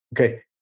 Okay